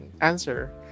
answer